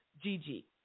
Gigi